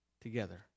together